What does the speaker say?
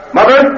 Mother